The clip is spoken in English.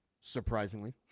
surprisingly